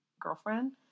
girlfriend